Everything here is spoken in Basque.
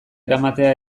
eramatea